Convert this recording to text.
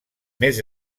més